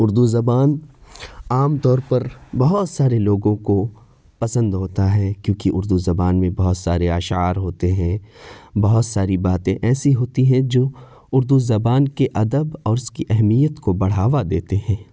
اردو زبان عام طور پر بہت سارے لوگوں کو پسند ہوتا ہے کیونکہ اردو زبان میں بہت سارے اشعار ہوتے ہیں بہت ساری باتیں ایسی ہوتی ہیں جو اردو زبان کے ادب اور اس کی اہمیت کو بڑھاوا دیتے ہیں